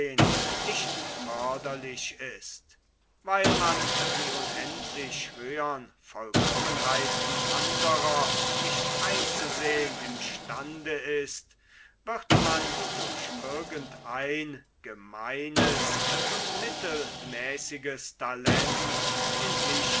nicht förderlich ist weil man die unendlich höhern vollkommenheiten andrer nicht einzusehn im stande ist wird man durch irgend ein gemeines und mittelmäßiges talent in sich